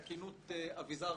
תקינות אביזר